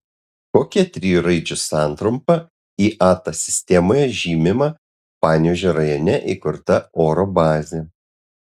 kokia trijų raidžių santrumpa iata sistemoje žymima panevėžio rajone įkurta oro bazė